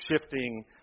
shifting